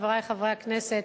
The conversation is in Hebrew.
חברי חברי הכנסת,